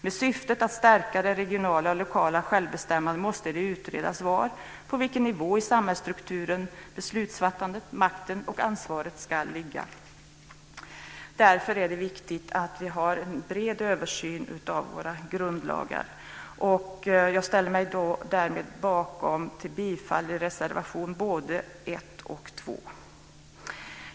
Med syftet att stärka det regionala och lokala självbestämmandet måste det utredas var, på vilken nivå i samhällsstrukturen beslutsfattandet, makten och ansvaret ska ligga. Därför är det viktigt att vi har en bred översyn av våra grundlagar. Jag ställer mig därmed bakom och yrkar bifall till både reservationerna 1 och 2.